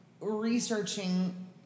researching